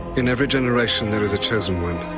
in every generation there is a chosen one.